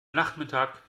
nachmittag